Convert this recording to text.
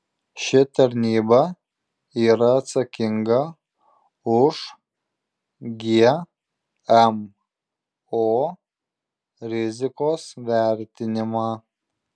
ši tarnyba yra atsakinga už gmo rizikos vertinimą